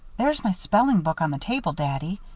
there's my spelling book on the table, daddy.